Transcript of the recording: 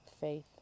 Faith